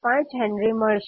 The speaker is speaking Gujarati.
5 હેનરી મળશે